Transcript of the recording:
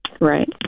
Right